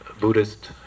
Buddhist